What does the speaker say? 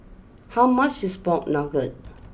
how much is Pork Knuckle